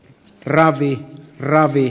ravit ravi